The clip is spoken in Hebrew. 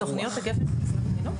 זה מופיע בתוכניות הגפן של משרד החינוך?